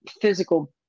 physical